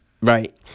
right